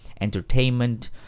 entertainment